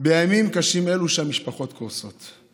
בימים קשים אלו שהמשפחות קורסות.